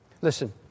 Listen